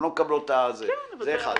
זה דבר אחד.